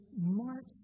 march